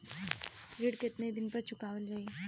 ऋण केतना दिन पर चुकवाल जाइ?